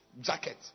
jacket